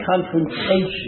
confrontation